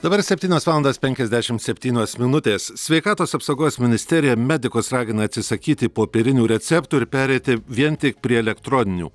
dabar septynios valandos penkiasdešimt septynios minutės sveikatos apsaugos ministerija medikus ragina atsisakyti popierinių receptų ir pereiti vien tik prie elektroninių